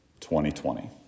2020